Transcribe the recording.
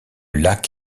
lac